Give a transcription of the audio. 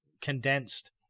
condensed